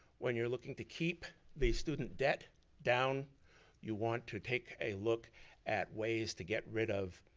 when you're looking to keep the student debt down you want to take a look at ways to get rid of,